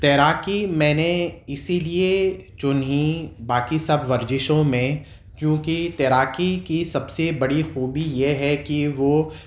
تیراکی میں نے اسی لیے چنی باقی سب ورزشوں میں چوں کہ تیراکی کی سب سے بڑی خوبی یہ ہے کہ وہ